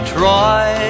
try